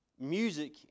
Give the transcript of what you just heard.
music